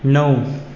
णव